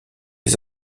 les